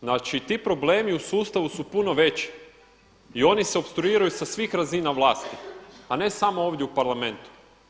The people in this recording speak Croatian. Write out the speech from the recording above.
Znači ti problemi u sustavu su puno veći i oni se opstruiraju sa svih razina vlasti a ne samo ovdje u parlamentu.